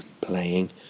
playing